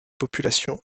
populations